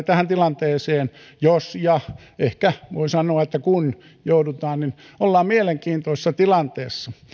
tähän tilanteeseen joudutaan ja ehkä voi sanoa kun joudutaan ollaan mielenkiintoisessa tilanteessa